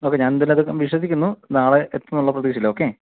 okay ഞാൻ എന്തായാലും അത് വിശ്വസിക്കുന്നു നാളെ എത്തും എന്നുള്ള പ്രതീക്ഷയിൽ ഓക്കെ